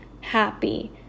happy